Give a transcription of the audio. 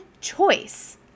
choice